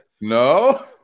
No